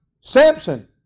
Samson